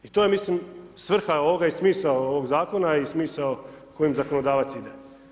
I to je mislim svrha ovoga i smisao ovog Zakona i smisao kojim zakonodavac ide.